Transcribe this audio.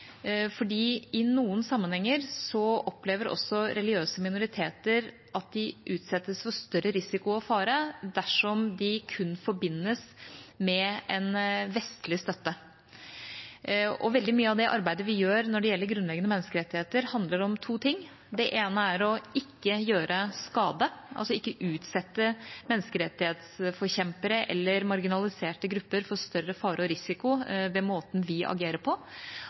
i noen sammenhenger opplever også religiøse minoriteter at de utsettes for større risiko og fare dersom de kun forbindes med vestlig støtte. Veldig mye av det arbeidet vi gjør når det gjelder grunnleggende menneskerettigheter, handler om to ting. Det ene er ikke å gjøre skade, altså ikke utsette menneskerettighetsforkjempere eller marginaliserte grupper for større fare og risiko ved måten vi agerer på,